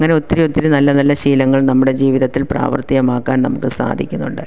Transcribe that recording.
അങ്ങനെ ഒത്തിരി ഒത്തിരി നല്ല നല്ല ശീലങ്ങൾ നമ്മുടെ ജീവിതത്തിൽ പ്രാവർത്തികമാക്കാൻ നമുക്ക് സാധിക്കുന്നുണ്ട്